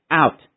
out